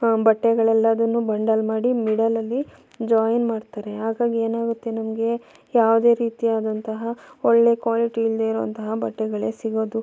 ಬಟ್ಟೆಗಳೆಲ್ಲದನ್ನೂ bundle ಮಾಡಿ ಮಿಡಲಲಿ join ಮಾಡ್ತಾರೆ ಹಾಗಾಗಿ ಏನಾಗುತ್ತೆ ನಮಗೆ ಯಾವುದೇ ರೀತಿಯಾದಂತಹ ಒಳ್ಳೆ ಕ್ವಾಲಿಟಿ ಇಲ್ಲದೇ ಇರುವಂತಹ ಬಟ್ಟೆಗಳೇ ಸಿಗೋದು